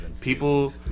people